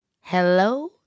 Hello